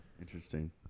Interesting